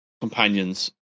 companions